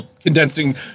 condensing